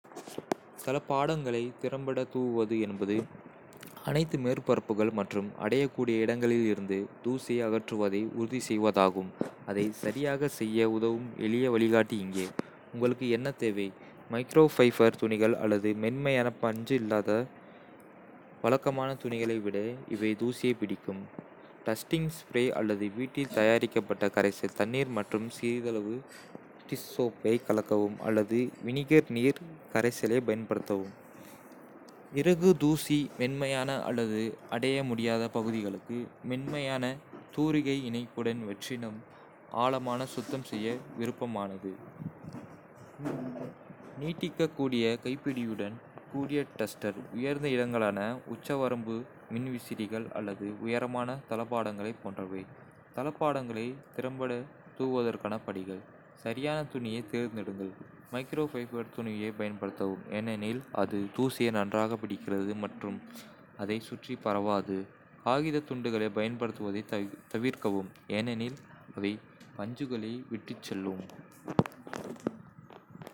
தளபாடங்களை திறம்பட தூவுவது என்பது அனைத்து மேற்பரப்புகள் மற்றும் அடையக்கூடிய இடங்களிலிருந்து தூசியை அகற்றுவதை உறுதி செய்வதாகும். அதைச் சரியாகச் செய்ய உதவும் எளிய வழிகாட்டி இங்கே. உங்களுக்கு என்ன தேவை. மைக்ரோஃபைபர் துணிகள் அல்லது மென்மையான, பஞ்சு இல்லாத துணிகள் வழக்கமான துணிகளை விட இவை தூசியைப் பிடிக்கும். டஸ்டிங் ஸ்ப்ரே அல்லது வீட்டில் தயாரிக்கப்பட்ட கரைசல் தண்ணீர் மற்றும் சிறிதளவு டிஷ் சோப்பை கலக்கவும் அல்லது வினிகர்-நீர் கரைசலை பயன்படுத்தவும். இறகு தூசி (மென்மையான அல்லது அடைய முடியாத பகுதிகளுக்கு. மென்மையான தூரிகை இணைப்புடன் வெற்றிடம் ஆழமான சுத்தம் செய்ய விருப்பமானது. நீட்டிக்கக்கூடிய கைப்பிடியுடன் கூடிய டஸ்டர் உயர்ந்த இடங்களான உச்சவரம்பு மின்விசிறிகள் அல்லது உயரமான தளபாடங்கள் போன்றவை. தளபாடங்களை திறம்பட தூவுவதற்கான படிகள். சரியான துணியைத் தேர்ந்தெடுங்கள். மைக்ரோஃபைபர் துணியைப் பயன்படுத்தவும், ஏனெனில் அது தூசியை நன்றாகப் பிடிக்கிறது மற்றும் அதைச் சுற்றி பரவாது. காகித துண்டுகளைப் பயன்படுத்துவதைத் தவிர்க்கவும், ஏனெனில் அவை பஞ்சுகளை விட்டுச் செல்லும்.